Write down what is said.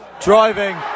driving